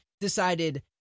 decided